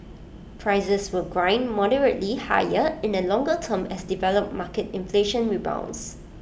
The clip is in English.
prices will grind moderately higher in the longer term as developed market inflation rebounds